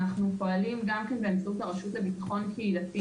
אנחנו פועלים באמצעות הרשות לביטחון קהילתי